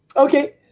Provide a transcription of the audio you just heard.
okay.